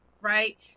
right